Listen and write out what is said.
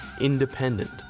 Independent